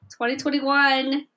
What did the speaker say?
2021